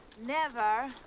never?